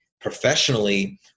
professionally